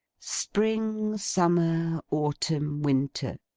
spring, summer, autumn, winter.